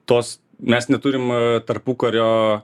tos mes neturim tarpukario